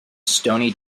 stoney